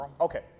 Okay